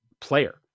player